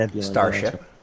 starship